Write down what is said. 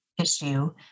issue